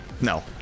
No